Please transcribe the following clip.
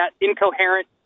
incoherent